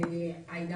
אגב,